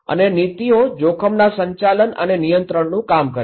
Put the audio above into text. અને નીતિઓ જોખમના સંચાલન અને નિયંત્રણનું કામ કરે છે